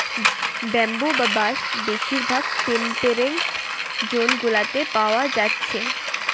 bamboo বা বাঁশ বেশিরভাগ টেম্পেরেট জোন গুলাতে পায়া যাচ্ছে